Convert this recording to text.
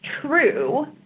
true